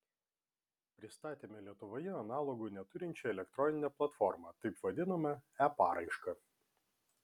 pristatėme lietuvoje analogų neturinčią elektroninę platformą taip vadinamą e paraišką